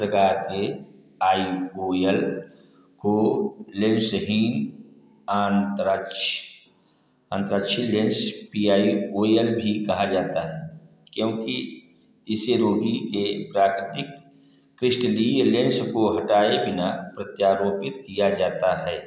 प्रकार के I O L को लेंसहीन आंतराक्ष अंतराक्षि lens P I O L भी कहा जाता है क्योंकि इसे रोगी के प्राकृतिक क्रिस्टलीय लेंस को हटाए बिना प्रत्यारोपित किया जाता है